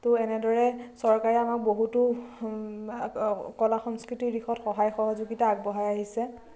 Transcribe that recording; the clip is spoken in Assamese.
ত এনেদৰে চৰকাৰে আমাক বহুতো কলা সংস্কৃতিৰ দিশত সহায় সহযোগীতা আগবঢ়াই আহিছে